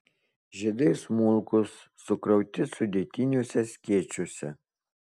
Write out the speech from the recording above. žiedai smulkūs sukrauti sudėtiniuose skėčiuose